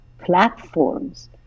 platforms